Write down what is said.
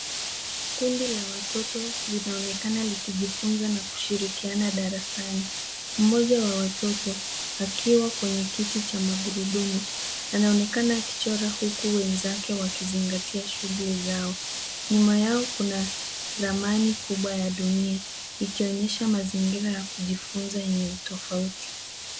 Kundi la watoto linaonekana likijifunza na kushirikiana darasani. Mmoja wa watoto, akiwa kwenye kiti cha magurudumu. Anaonekana akichora, huku wenzake wakizingatia shughuli zao. Nyuma yao kuna ramani kubwa ya dunia, ikionyesha mazingira ya kujifunza yenye utofauti.